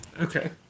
Okay